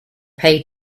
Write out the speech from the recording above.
pay